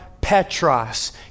Petros